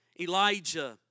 Elijah